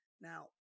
Now